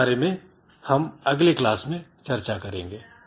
इस बारे में हम अगले क्लास में चर्चा करेंगे